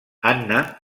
anna